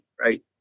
right